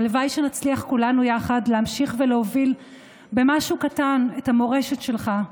הלוואי שנצליח כולנו יחד להמשיך ולהוביל במשהו קטן את המורשת שלך,